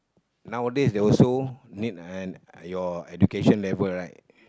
nowadays they also need an your education level right